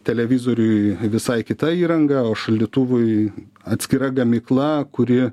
televizoriui visai kita įranga o šaldytuvui atskira gamykla kuri